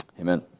Amen